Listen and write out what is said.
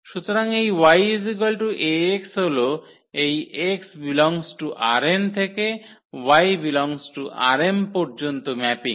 সুতরাং এই yAx হল এই x∈ ℝn থেকে y∈ ℝm পর্যন্ত ম্যাপিং